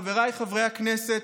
חבריי חברי הכנסת,